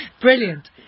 Brilliant